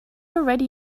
already